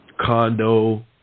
condo